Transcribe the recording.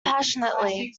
passionately